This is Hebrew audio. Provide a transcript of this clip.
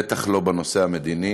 בטח לא בנושא המדיני.